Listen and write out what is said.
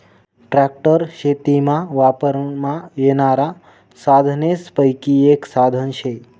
tractor शेतीमा वापरमा येनारा साधनेसपैकी एक साधन शे